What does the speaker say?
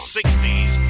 60s